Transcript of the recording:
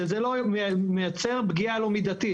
לא התקבל ערר או התנגדות אחת.